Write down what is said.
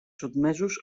sotmesos